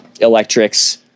electrics